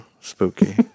Spooky